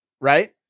right